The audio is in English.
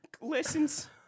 lessons